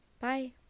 Bye